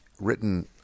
written